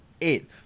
Eight